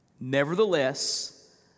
Nevertheless